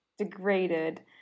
degraded